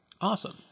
Awesome